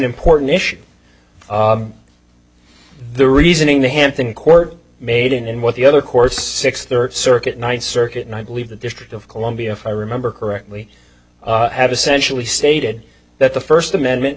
important issue the reasoning the hampton court made in what the other courts six thirty circuit ninth circuit and i believe the district of columbia if i remember correctly had essentially stated that the first amendment